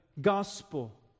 gospel